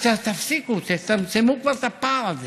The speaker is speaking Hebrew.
אז תפסיקו, תצמצמו כבר את הפער הזה.